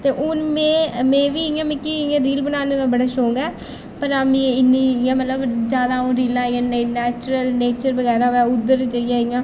ते हून में में बी इ'यां मिकी इ'यां रील बनाने दा बड़ा शौक ऐ पर हां मी इन्नी इ'यां मतलब जैदा अ'ऊं रीलां इ'यां नेईं नैचरल नेचर बगैरा होऐ उद्धर जाइयै इ'यां